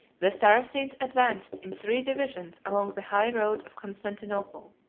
the saracens advanced in three divisions along the high road of constantinople